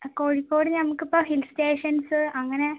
കോഴിക്കോട് ഞമക്കിപ്പോൾ hill stations അങ്ങനെ